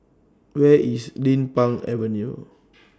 Where IS Din Pang Avenue